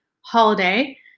holiday